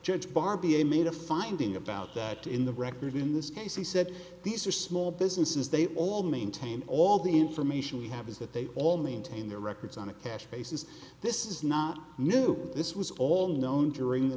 judge bar b a made a finding about that in the record in this case he said these are small businesses they all maintain all the information we have is that they all maintain their records on a cash basis this is not new this was all known during the